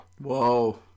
Whoa